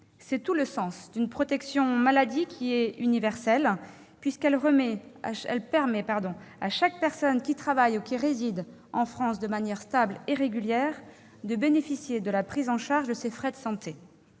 C'est tout le sens d'une protection maladie qui est universelle, puisqu'elle permet à chaque personne qui travaille ou qui réside en France de manière stable et régulière de bénéficier de la prise en charge de ses frais de santé.